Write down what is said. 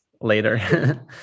later